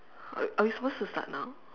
are we supposed to start now